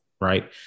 right